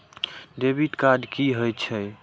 Debit card की होय छेय?